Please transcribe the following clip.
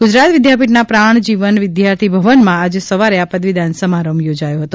ગુજરાત વિદ્યાપીઠના પ્રાણજીવન વિદ્યાર્થીભવનમાં આજે સવારે આ પદવીદાન સમારંભ યોજાયો હતો